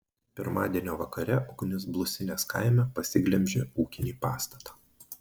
pirmadienio vakare ugnis blusinės kaime pasiglemžė ūkinį pastatą